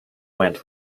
went